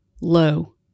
low